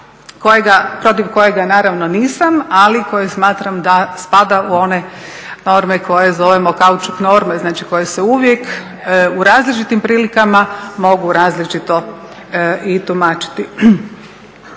članka protiv kojega naravno nisam, ali koje smatram da spada u one norme koje zovemo kaučuk norme. Znači, koje se uvijek u različitim prilikama mogu različito i tumačiti.